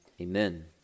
Amen